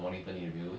okay ah